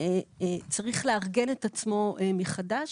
צריך לארגן את עצמו מחדש.